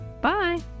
Bye